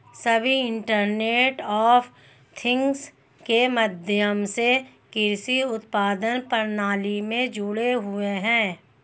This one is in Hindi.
सभी इंटरनेट ऑफ थिंग्स के माध्यम से कृषि उत्पादन प्रणाली में जुड़े हुए हैं